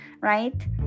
right